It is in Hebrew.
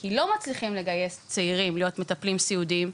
כי לא מצליחים לגייס צעירים להיות מטפלים סיעודיים,